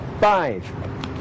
five